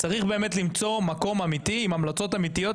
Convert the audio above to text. צריך באמת למצוא מקום אמיתי עם המלצות אמיתיות,